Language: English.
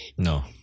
No